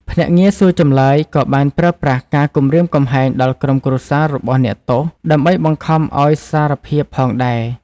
ភ្នាក់ងារសួរចម្លើយក៏បានប្រើប្រាស់ការគំរាមកំហែងដល់ក្រុមគ្រួសាររបស់អ្នកទោសដើម្បីបង្ខំឱ្យសារភាពផងដែរ។